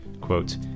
quote